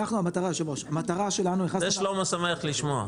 אנחנו, המטרה שלנו -- את זה שלמה שמח לשמוע.